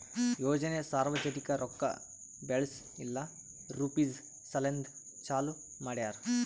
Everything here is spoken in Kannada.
ಯೋಜನೆ ಸಾರ್ವಜನಿಕ ರೊಕ್ಕಾ ಬೆಳೆಸ್ ಇಲ್ಲಾ ರುಪೀಜ್ ಸಲೆಂದ್ ಚಾಲೂ ಮಾಡ್ಯಾರ್